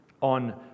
on